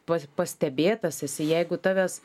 pat pastebėtas esi jeigu tavęs